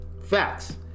Facts